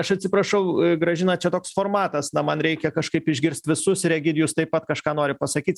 aš atsiprašau gražina čia toks formatas na man reikia kažkaip išgirst visus ir egidijus taip pat kažką nori pasakyt